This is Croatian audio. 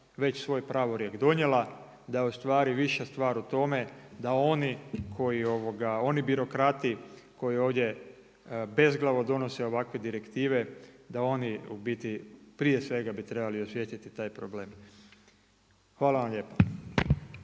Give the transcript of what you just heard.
već svoj pravorijek donijela da je ustvari više stvar o tome da oni koji, oni birokrati koji ovdje bezglavo donose ovakve direktive da oni u biti prije svega bi trebali osvijestiti taj problem. Hvala vam lijepa.